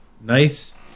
Nice